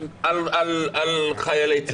על נכי צה"ל.